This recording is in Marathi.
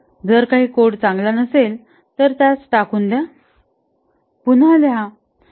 जर काही कोड चांगला नसेल तर त्यास टाकून द्या पुन्हा लिहा